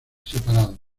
separados